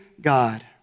God